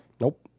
Nope